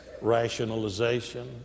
rationalization